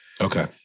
Okay